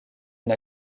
une